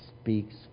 speaks